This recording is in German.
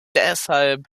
deshalb